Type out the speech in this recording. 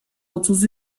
otuz